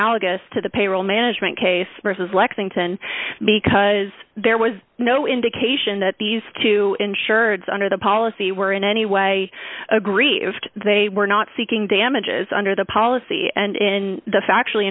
ogous to the payroll management case versus lexington because there was no indication that these two insureds under the policy were in any way aggrieved they were not seeking damages under the policy and in the factually